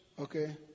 Okay